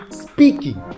speaking